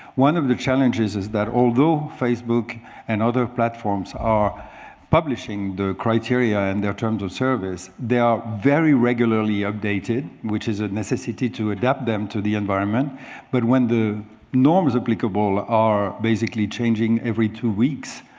one of the challenges is that although facebook and other platforms are publishing the criteria and the terms of service, there are very regularly updated which is a necessity to adapt them to the environment but when the norms applicable are basically changing every two weeks,